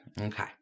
Okay